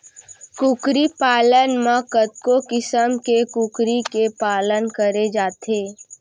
कुकरी पालन म कतको किसम के कुकरी के पालन करे जाथे